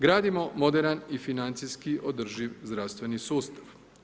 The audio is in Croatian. Gradimo moderan i financijski održiv zdravstveni sustav.